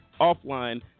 offline